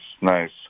nice